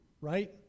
right